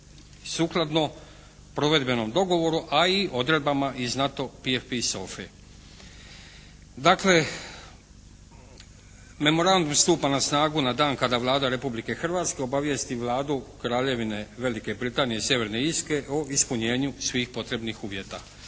sukladno provedbenom dogovoru, a i odredbama iz NATO PfP …/Govornik se ne razumije./… Dakle, memorandum stupa na snagu na dan kada Vlada Republike Hrvatske obavijesti Vladu Kraljevine Velike Britanije i Sjeverne Irske o ispunjenju svih potrebnih uvjeta.